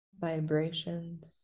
vibrations